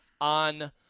on